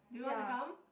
do you want to come